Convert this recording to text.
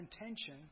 intention